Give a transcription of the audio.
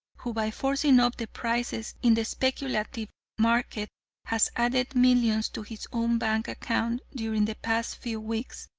who by forcing up the prices in the speculative market has added millions to his own bank account during the past few weeks.